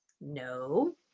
No